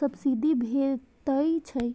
subsidy भेटै छै